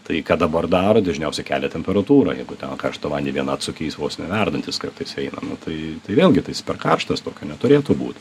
tai ką dabar daro dažniausiai kelia temperatūrą jeigu ten karštą vandenį vien atsuki jis vos ne verdantis kartais eina nu tai tai vėlgi tai jis per karštas tokio neturėtų būt